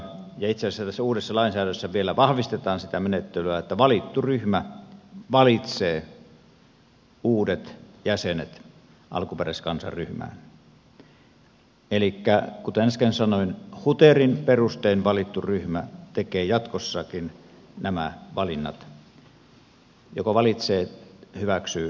ja itse asiassa tässä uudessa lainsäädännössä vielä vahvistetaan sitä menettelyä että valittu ryhmä valitsee uudet jäsenet alkuperäiskansaryhmään elikkä kuten äsken sanoin huterin perustein valittu ryhmä tekee jatkossakin nämä valinnat joko valitsee hyväksyy tai torjuu